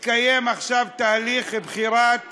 מתקיים עכשיו תהליך לבחירת